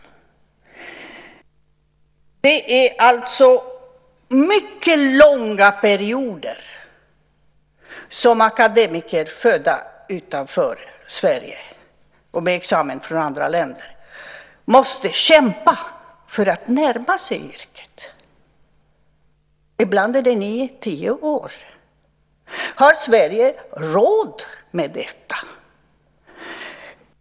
Det är alltså mycket långa perioder som akademiker födda utanför Sverige och med examina från andra länder måste kämpa för att närma sig yrket. Ibland är det 9-10 år. Har Sverige råd med detta?